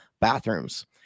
bathrooms